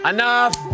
Enough